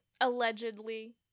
allegedly